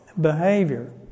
behavior